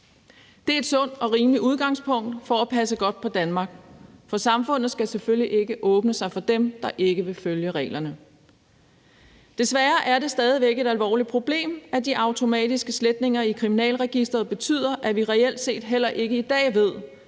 Det er et sundt og rimeligt udgangspunkt for at passe godt på Danmark, for samfundet skal selvfølgelig ikke åbne sig for dem, der ikke vil følge reglerne. Desværre er det stadig væk et alvorligt problem, at de automatiske sletninger i Kriminalregisteret betyder, at vi reelt set heller ikke i dag ved,